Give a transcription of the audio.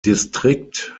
distrikt